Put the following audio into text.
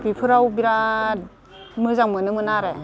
बेफोराव बिराद मोजां मोनोमोन आरो